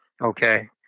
Okay